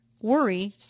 worry